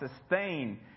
sustain